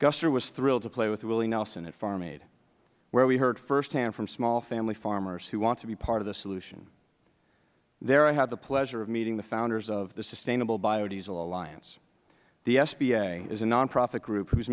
guster was thrilled to play with willie nelson at farm aid where we heard firsthand from small family farmers who want to be part of the solution there i had the pleasure of meeting the founders of the sustainable biodiesel alliance the sba is a nonprofit group